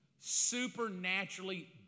Supernaturally